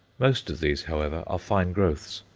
most of these, however, are fine growths,